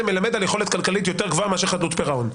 זה מלמד על יכולת כלכלית גבוהה מאשר חדלות פירעון,